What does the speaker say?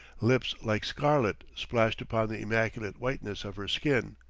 lips like scarlet splashed upon the immaculate whiteness of her skin,